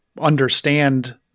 understand